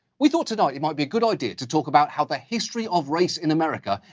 we thought tonight, it might be a good idea to talk about how the history of race in america,